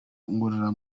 ngorora